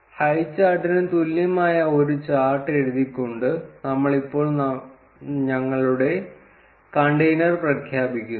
ഹൈചാർട്ടിന് തുല്യമായ ഒരു ചാർട്ട് എഴുതിക്കൊണ്ട് നമ്മൾ ഇപ്പോൾ ഞങ്ങളുടെ കണ്ടെയ്നർ പ്രഖ്യാപിക്കുന്നു